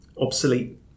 obsolete